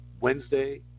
Wednesday